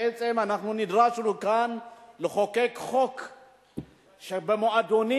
בעצם אנחנו נדרשנו כאן לחוקק חוק נגד זה שבמועדונים